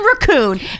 raccoon